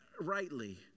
rightly